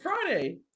Friday